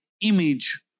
image